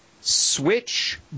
switch